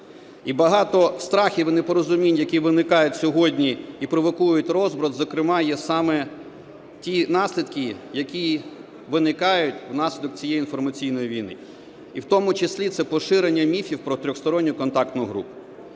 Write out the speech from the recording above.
І багато страхів і непорозумінь, які виникають сьогодні і провокують розбрат, зокрема, є саме ті наслідки, які виникають внаслідок цієї інформаційної війни. І в тому числі це поширення міфів про Тристоронню контактну групу.